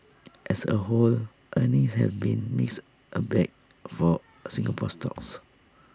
as A whole earnings have been mixed A bag for Singapore stocks